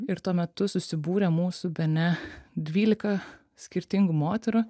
ir tuo metu susibūrė mūsų bene dvylika skirtingų moterų